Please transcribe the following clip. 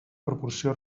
proporció